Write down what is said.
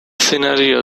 scenario